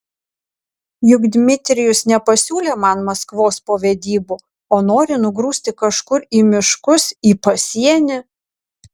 juk dmitrijus nepasiūlė man maskvos po vedybų o nori nugrūsti kažkur į miškus į pasienį